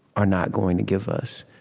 are not going to give us.